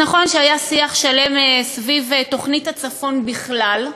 אז נכון שהיה שיח שלם סביב תוכנית הצפון בכלל,